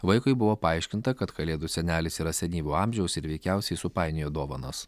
vaikui buvo paaiškinta kad kalėdų senelis yra senyvo amžiaus ir veikiausiai supainiojo dovanas